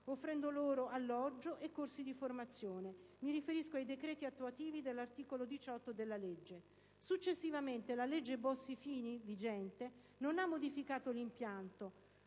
offrendo loro alloggio e corsi di formazione. Mi riferisco ai decreti attuativi dell'articolo 18 della suddetta legge. Successivamente, la cosiddetta legge Bossi-Fini, tuttora vigente, non ha modificato l'impianto;